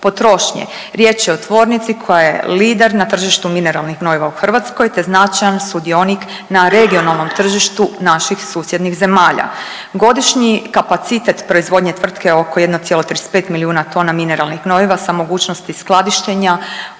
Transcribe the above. potrošnje. Riječ je o tvornici koja je lider na tržištu mineralnih gnojiva u Hrvatskoj te značajan sudionik na regionalnom tržištu naših susjednih zemalja. Godišnji kapacitet proizvodnje tvrtke oko 1,35 milijuna tona mineralnih gnojiva sa mogućnosti skladištenja